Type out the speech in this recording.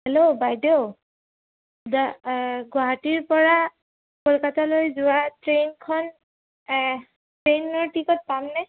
hello বাইদেউ দা গুৱাহাটীৰ পৰা কলকাতালৈ যোৱা ট্ৰেইনখন ট্ৰেইনৰ টিকট পামনে